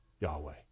Yahweh